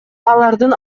алардын